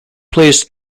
plays